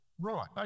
Right